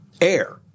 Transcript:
air